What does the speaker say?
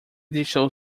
deixou